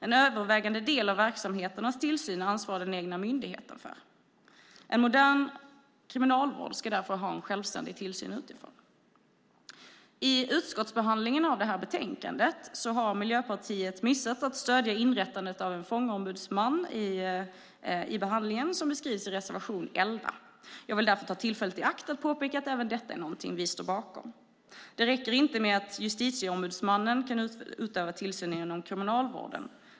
En övervägande del av verksamheternas tillsyn ansvarar den egna myndigheten för. En modern kriminalvård ska därför ha en självständig tillsyn utifrån. I utskottsbehandlingen av detta betänkande har Miljöpartiet missat att stödja inrättandet av en fångombudsman som beskrivs i reservation 11. Jag vill därför ta tillfället i akt att påpeka att även detta är något vi står bakom. Det räcker inte med att Justitieombudsmannen kan utöva tillsyn inom kriminalvården.